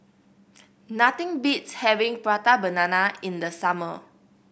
nothing beats having Prata Banana in the summer